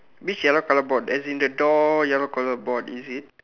which yellow colour board as in the door yellow colour board is it